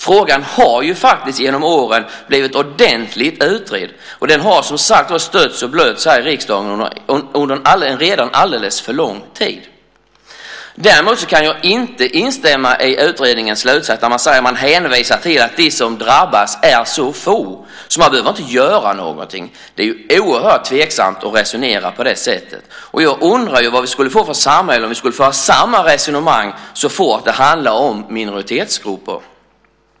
Frågan har faktiskt genom åren blivit ordentligt utredd, och den har som sagt var redan stötts och blötts här i riksdagen under en alldeles för lång tid. Däremot kan jag inte instämma i utredningens slutsats när man hänvisar till att de som drabbas är så få att man inte behöver göra någonting. Det är oerhört tveksamt att resonera på det sättet. Och jag undrar vad vi skulle få för samhälle om vi skulle föra samma resonemang så fort det handlar om minoritetsgrupper.